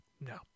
No